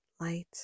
light